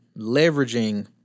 leveraging